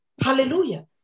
Hallelujah